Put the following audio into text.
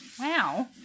Wow